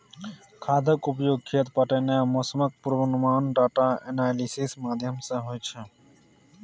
खादक उपयोग, खेत पटेनाइ आ मौसमक पूर्वानुमान डाटा एनालिसिस माध्यमसँ होइ छै